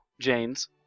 James